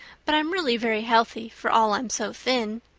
but i'm really very healthy for all i'm so thin.